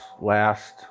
last